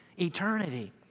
Eternity